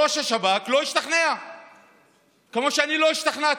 ראש השב"כ לא השתכנע כמו שאני לא השתכנעתי.